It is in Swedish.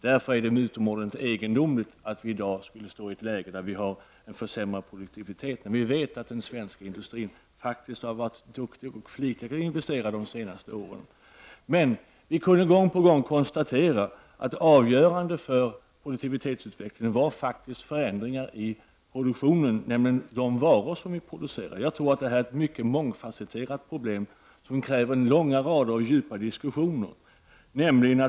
Därför är det utomordentligt egendomligt att vi i dag skulle stå i ett läge där vi har en försämrad produktivitet, när vi vet att den svenska industrin faktiskt har varit duktig och flitig med att investera de senaste åren. Men vi kunde gång på gång konstatera att avgörande för produktivitetsutvecklingen var förändringar i produktionen, nämligen de varor som produceras. Jag tror att det här är ett mycket mångfasetterat problem som kräver långa rader av djupa diskussioner.